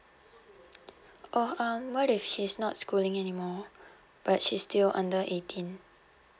oh what if she's not schooling anymore but she still under eighteen